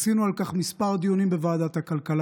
עשינו על כך כמה דיונים בוועדת הכלכלה,